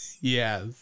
yes